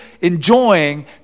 enjoying